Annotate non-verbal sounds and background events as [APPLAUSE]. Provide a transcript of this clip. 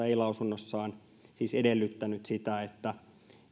[UNINTELLIGIBLE] ei lausunnossaan siis edellyttänyt sitä että